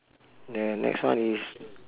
the next one is